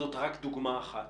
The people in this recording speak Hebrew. זאת רק דוגמה אחת.